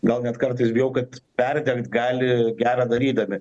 gal net kartais bijau kad perdegt gali gerą darydami